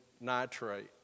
nitrate